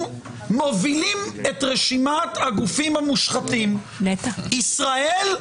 מובילים את רשימת הגופים המשחתים: ישראל,